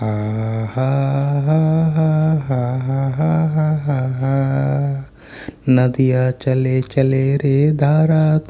आ हा हा आ हा आ आ आ आ आ नदिया चले चले रे धारा